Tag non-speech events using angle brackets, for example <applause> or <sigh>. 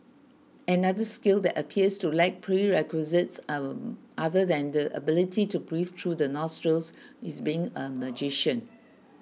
another skill that appears to lack prerequisites <hesitation> other than the ability to breathe through the nostrils is being a magician